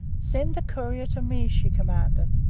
send the courier to me, she commanded.